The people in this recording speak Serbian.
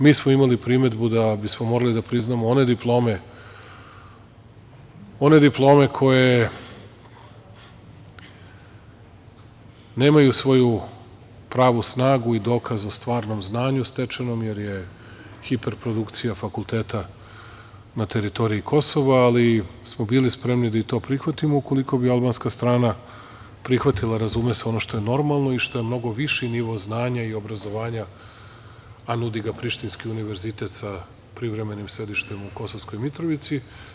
Mi smo imali primedbu da bismo morali da priznamo one diplome koje nemaju svoju pravu snagu i dokaz o stvarnom znanju stečenom, jer je hiper produkcija fakulteta na teritoriji Kosova, ali smo bili spremni da i to prihvatimo ukoliko bi albanska strana prihvatila, razume se ono što je normalno i što je mnogo viši nivo znanja i obrazovanja, a nudi ga Prištinski univerzitet sa privremenim sedištem u Kosovskoj Mitrovici.